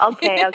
Okay